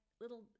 little